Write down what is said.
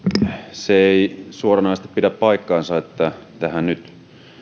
se ei suoranaisesti pidä paikkaansa että